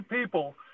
people